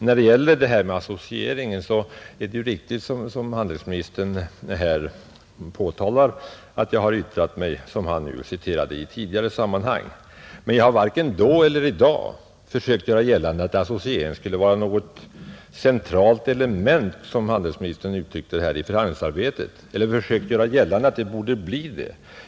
När det gäller associering är det riktigt som handelsministern påpekar att jag i tidigare sammanhang yttrat mig så som han citerade, Men jag har varken då eller i dag försökt göra gällande att associering skulle vara något centralt element i förhandlingsarbetet, som handelsministern uttryckte det, eller försökt göra gällande att det borde bli det.